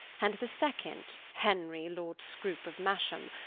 and the second henry lord scroope of masham,